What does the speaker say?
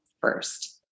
first